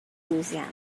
louisiana